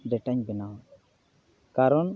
ᱰᱮᱴᱟᱧ ᱵᱮᱱᱟᱣᱟ ᱠᱟᱨᱚᱱ